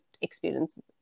experience